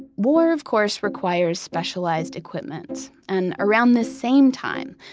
war, of course, requires specialized equipment. and around the same time,